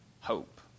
hope